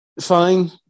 fine